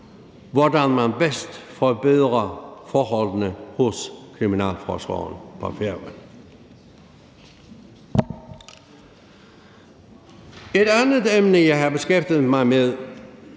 hvordan man bedst forbedrer forholdene i kriminalforsorgen på Færøerne. Et andet emne, jeg har beskæftiget mig med